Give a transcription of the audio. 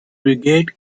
brigade